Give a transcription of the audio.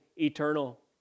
eternal